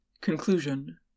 Conclusion